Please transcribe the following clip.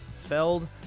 Feld